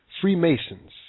Freemasons